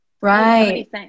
Right